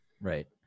right